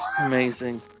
amazing